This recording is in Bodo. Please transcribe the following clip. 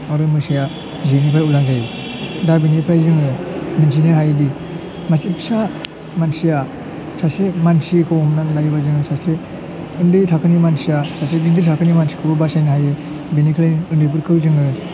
आरो मोसाया जेनिफ्राय उदां जायो दा बिनिफ्राय जोङो मोनथिनो हायोदि मासे फिसा मानसिया सासे मानसिखौ हमनानै लायोबा जोङो सासे उन्दै थाखोनि मानसिया सासे गिदिर थाखोनि मानसिखौबो बासायनो हायो बिनिखायनो उन्दैफोरखौ जोङो